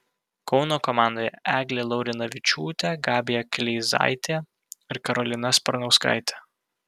kauno komandoje eglė laurinavičiūtė gabija kleizaitė ir karolina sparnauskaitė